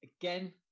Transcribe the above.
Again